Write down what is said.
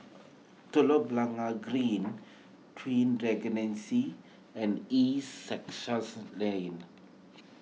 Telok Blangah Green Twin Regency and East Sussex Lane